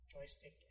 Joystick